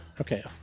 Okay